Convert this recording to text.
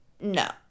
no